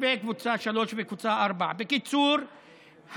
קבוצה 3 וקבוצה 4. בקיצור,